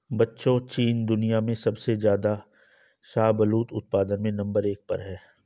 बच्चों चीन दुनिया में सबसे ज्यादा शाहबूलत उत्पादन में नंबर एक पर है